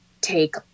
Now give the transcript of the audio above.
take